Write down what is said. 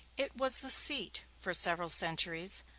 it was the seat, for several centuries,